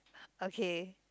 okay